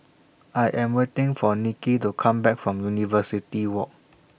I Am waiting For Niki to Come Back from University Walk